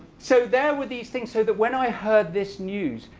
so there were these things so that when i heard this news,